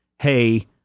hey